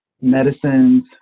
medicines